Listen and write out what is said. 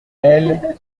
elle